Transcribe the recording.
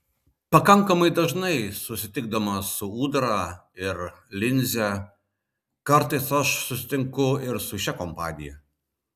pakankamai dažnai susitikdamas su ūdra ir linze kartais aš susitinku ir su šia kompanija